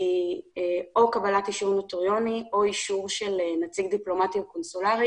זה או קבלת אישור נוטריוני או אישור של נציג דיפלומטי או קונסולרי